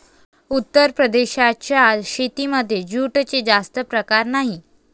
उत्तर प्रदेशाच्या शेतीमध्ये जूटचे जास्त प्रकार नाही